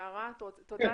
תודה.